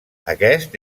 aquest